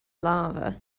lava